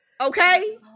Okay